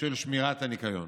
של שמירת הניקיון